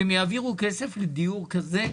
הם יעבירו כסף לדיור כזה,